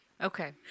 Okay